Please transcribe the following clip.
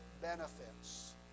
benefits